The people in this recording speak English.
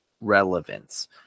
relevance